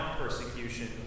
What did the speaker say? persecution